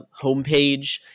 homepage